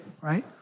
right